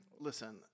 Listen